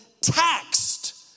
taxed